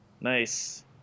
Nice